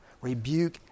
Rebuke